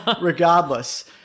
regardless